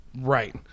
Right